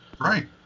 Right